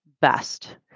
best